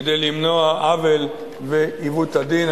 כדי למנוע עוול ועיוות הדין.